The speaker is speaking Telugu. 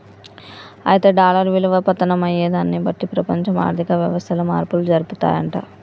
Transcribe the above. అయితే డాలర్ విలువ పతనం అయ్యేదాన్ని బట్టి ప్రపంచ ఆర్థిక వ్యవస్థలు మార్పులు జరుపుతాయంట